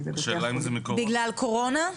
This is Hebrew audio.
בגלל קורונה?